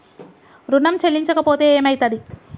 ఋణం చెల్లించకపోతే ఏమయితది?